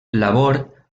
labor